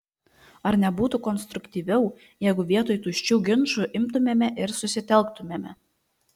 ar nebūtų konstruktyviau jeigu vietoj tuščių ginčų imtumėme ir susitelktumėme